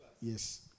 Yes